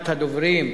ראשונת הדוברים,